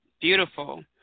Beautiful